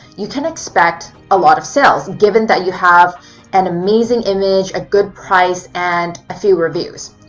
you can expect a lot of sales, given that you have an amazing image, a good price, and a few reviews.